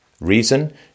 Reason